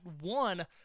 one